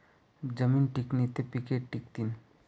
जमीन टिकनी ते पिके टिकथीन